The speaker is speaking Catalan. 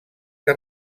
que